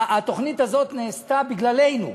התוכנית הזאת נעשתה בגללנו,